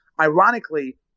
ironically